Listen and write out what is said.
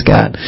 God